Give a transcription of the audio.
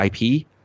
IP –